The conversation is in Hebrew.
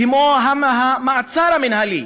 כמו במעצר המינהלי,